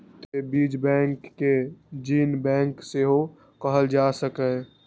तें बीज बैंक कें जीन बैंक सेहो कहल जा सकैए